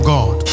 God